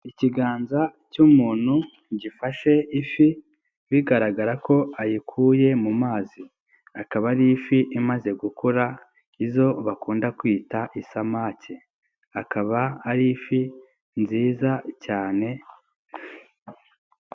Ikiganza cy'umuntu gifashe ifi, bigaragara ko ayikuye mu mazi, akaba ari ifi imaze gukura, izo bakunda kwita isamake, akaba ari ifi nziza cyane.